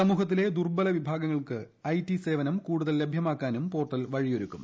സമൂഹത്തിലെ ദുർബലവിഭാഗങ്ങൾക്ക് I T സേവനം കൂടുതൽ ലഭ്യമാക്കാനും പോർട്ടൽ വഴിയൊരുക്കും